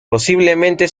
posiblemente